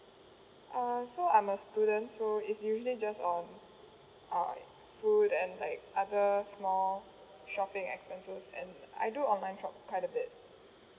uh so I'm a student so it's usually just on uh food and like other small shopping expenses and I do online shop quite a bit